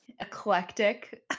eclectic